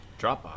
Dropbox